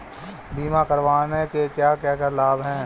बीमा करवाने के क्या क्या लाभ हैं?